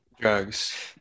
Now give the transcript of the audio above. Drugs